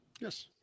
Yes